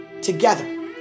Together